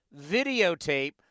videotape